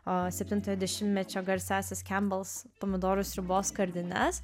septintojo dešimtmečio garsiąsias kambals pomidorų sriubos skardines